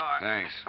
Thanks